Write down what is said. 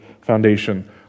foundation